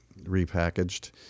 repackaged